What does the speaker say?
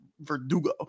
Verdugo